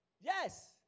Yes